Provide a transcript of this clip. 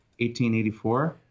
1884